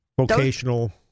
vocational